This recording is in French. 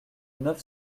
neuf